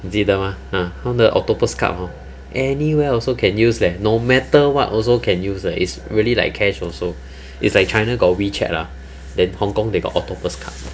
你记得吗 !huh! 他们的 octopus card hor anywhere also can use leh no matter what also can use eh it's really like cash also it's like china got wechat ah then hong-kong they got octopus card